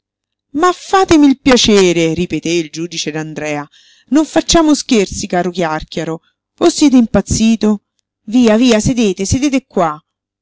ma fatemi il piacere ripeté il giudice d'andrea non facciamo scherzi caro chiàrchiaro o siete impazzito via via sedete sedete qua